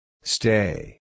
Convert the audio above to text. Stay